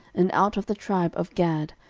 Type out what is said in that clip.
and out of the tribe of gad,